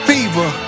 Fever